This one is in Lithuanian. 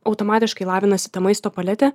automatiškai lavinasi tą maisto palietė